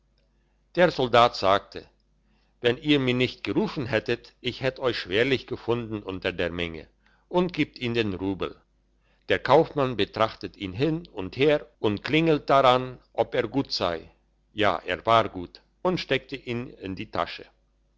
der soldat sagte wenn ihr mir nicht gerufen hättet ich hätt euch schwerlich gefunden unter der menge und gibt ihm den rubel der kaufmann betrachtet ihn hin und her und klingelt daran ob er gut sei ja er war gut und steckt ihn in die tasche